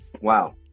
Wow